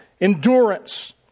endurance